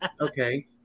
Okay